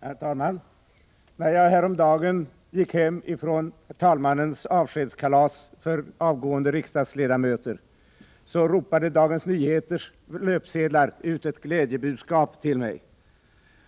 Herr talman! När jag häromdagen gick hem ifrån talmannens avskedskalas för avgående riksdagsledamöter ropade DN:s löpsedlar ut ett glädjebudskap till mig: